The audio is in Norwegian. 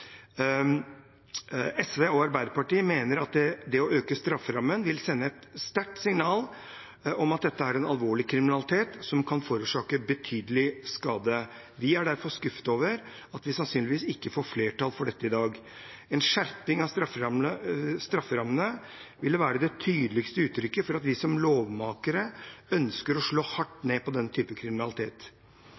SV og Arbeiderpartiet mener at det å øke strafferammen vil sende et sterkt signal om at dette er en alvorlig kriminalitet som kan forårsake betydelig skade. Vi er derfor skuffet over at vi sannsynligvis ikke får flertall for dette i dag. En skjerping av strafferammene ville være det tydeligste uttrykket for at vi som lovmakere ønsker å slå hardt ned på denne typen kriminalitet.